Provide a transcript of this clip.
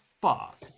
fuck